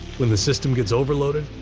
when the system gets overloaded,